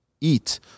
eat